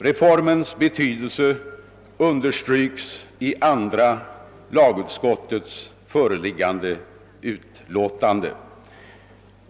Reformens betydelse understryks i andra lagutskottets föreliggande utlåtande.